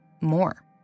more